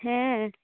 ᱦᱮᱸᱻ